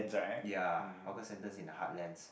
ya hawker centres in heartlands